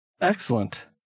Excellent